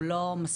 הוא לא מספיק,